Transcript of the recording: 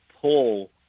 pull